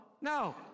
no